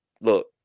look